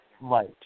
light